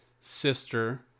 sister